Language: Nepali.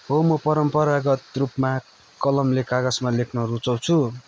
हो म परम्परागत रूपमा कलमले कागजमा लेख्न रुचाउँछु